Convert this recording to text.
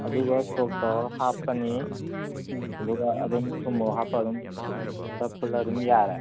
ꯑꯗꯨꯒ ꯁꯣꯛ ꯇꯧꯔꯒ ꯍꯥꯞꯄꯅꯤ ꯑꯗꯨꯒ ꯑꯗꯨꯝ ꯊꯨꯝ ꯃꯣꯔꯣꯛ ꯍꯥꯞꯄꯒ ꯑꯗꯨꯝ ꯈꯔ ꯐꯨꯠꯂ ꯑꯗꯨꯝ ꯌꯥꯔꯦ